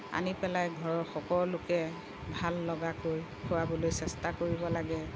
আনি পেলাই ঘৰৰ সকলোকে ভাল লগাকৈ খোৱাবলৈ চেষ্টা কৰিব লাগে